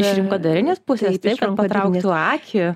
iš rinkodarinės pusės taip kad patrauktų akį